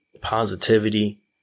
Positivity